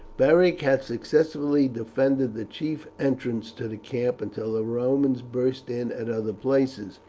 beric had successfully defended the chief entrance to the camp until the romans burst in at other places,